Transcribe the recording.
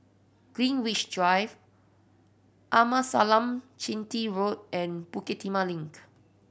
Greenwich Drive Amasalam Chetty Road and Bukit Timah Link